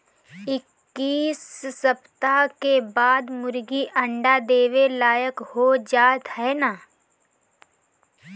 इक्कीस सप्ताह के बाद मुर्गी अंडा देवे लायक हो जात हइन